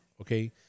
okay